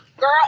Girl